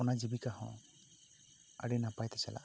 ᱚᱱᱟ ᱡᱤᱵᱤᱠᱟ ᱦᱚᱸ ᱟᱹᱰᱤ ᱱᱟᱯᱟᱭ ᱛᱮ ᱪᱟᱞᱟᱜᱼᱟ